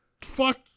fuck